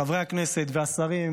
חברי הכנסת והשרים,